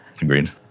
Agreed